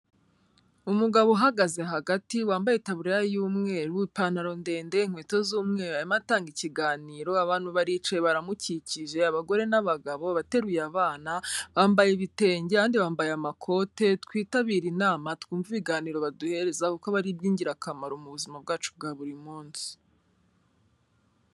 Umugabo uhagaze hagati, wambaye itaburaya y'umweru, ipantaro ndende, inkweto z'umweru, arimo atanga ikiganiro, abantu baricaye baramukikije, abagore n'abagabo, abateruye abana, bambaye ibitenge, abandi bambaye amakote, twitabire inama twumve ibiganiro baduhereza, kuko aba ari iby'ingirakamaro mu buzima bwacu bwa buri munsi.